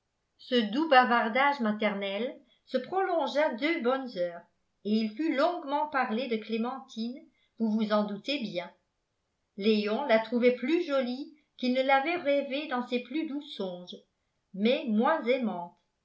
ce doux bavardage maternel se prolongea deux bonnes heures et il fut longuement parlé de clémentine vous vous en doutez bien léon la trouvait plus jolie qu'il ne l'avait rêvée dans ses plus doux songes mais moins aimante